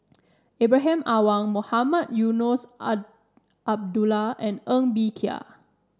Ibrahim Awang Mohamed Eunos Abdullah and Ng Bee Kia